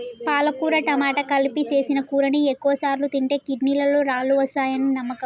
పాలకుర టమాట కలిపి సేసిన కూరని ఎక్కువసార్లు తింటే కిడ్నీలలో రాళ్ళు వస్తాయని నమ్మకం